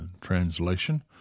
Translation